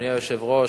אדוני היושב-ראש,